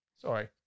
Sorry